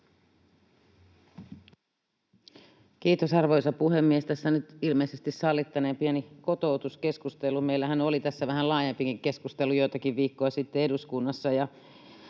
Kiitos, arvoisa puhemies! Tässä nyt ilmeisesti sallittaneen pieni kotoutuskeskustelu. Meillähän oli tässä vähän laajempikin keskustelu joitakin viikkoja sitten eduskunnassa.